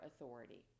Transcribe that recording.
authority